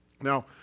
Now